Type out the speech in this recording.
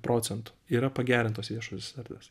procentų yra pagerintos viešosios erdvės